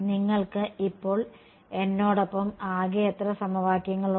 നിങ്ങൾക്ക് ഇപ്പോൾ എന്നോടൊപ്പം ആകെ എത്ര സമവാക്യങ്ങളുണ്ട്